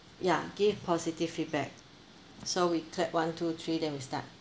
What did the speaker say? ya give positive feedback so we clap one two three then we start